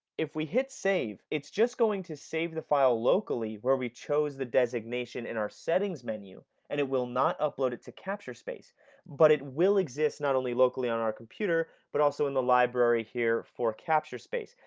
if we hit save, it's just going to save the file locally where we chose the designation in our settings menu and it will not upload it to capturespace but it will exist not only locally on our computer but also in the library here for capturespace,